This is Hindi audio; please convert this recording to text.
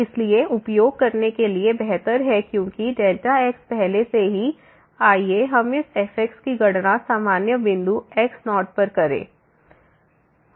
इसलिए उपयोग करने के लिए बेहतर है क्योंकि डेल्टा x पहले से ही है आइए हम इस fx की गणना सामान्य बिंदु x0 पर करें